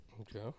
Okay